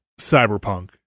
cyberpunk